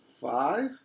five